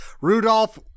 Rudolph